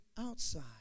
outside